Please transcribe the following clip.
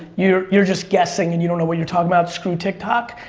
you're you're just guessing and you don't know what you're talking about. screw tiktok.